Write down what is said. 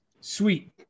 sweet